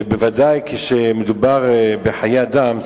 ובוודאי כשמדובר בחיי אדם,